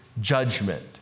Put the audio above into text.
judgment